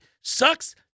Sucks